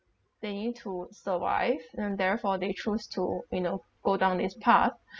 they need to survive and therefore they chose to you know go down this path